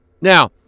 Now